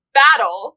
battle